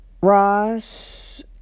Ross